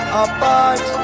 apart